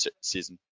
season